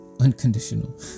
unconditional